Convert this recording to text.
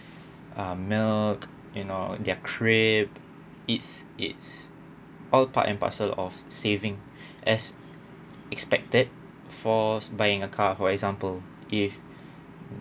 ah milk you know their crib it's it's all part and parcel of saving as expected for buying a car for example if